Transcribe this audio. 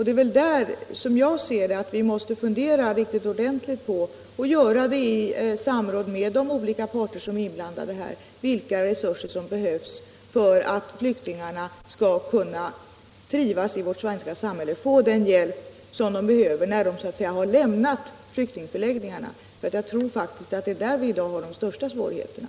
Det är nog i det avseendet som vi måste fundera riktigt ordentligt, och göra det i samråd med de olika parter som är inblandade, på vilka resurser som behövs för att flyktingarna skall kunna trivas i vårt svenska samhälle och få den hjälp de behöver när de har lämnat flyktingförläggningarna. Jag tror faktiskt att det är där vi i dag har de största svårigheterna.